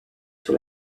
sur